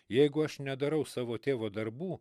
jeigu aš nedarau savo tėvo darbų